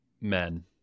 men